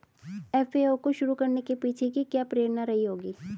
FAO को शुरू करने के पीछे की क्या प्रेरणा रही होगी?